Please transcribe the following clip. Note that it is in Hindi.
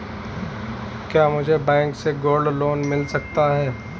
क्या मुझे बैंक से गोल्ड लोंन मिल सकता है?